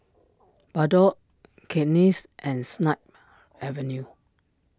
Bardot Cakenis and Snip Avenue